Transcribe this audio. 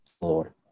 Lord